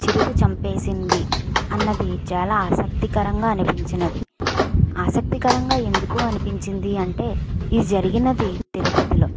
చిరుత చంపేసింది అన్నది చాలా ఆసక్తికరంగా అనిపించినది ఆసక్తికరంగా ఎందుకు అనిపించింది అంటే ఇది జరిగినది తిరుపతిలో